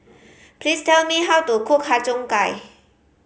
please tell me how to cook Har Cheong Gai